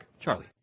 Charlie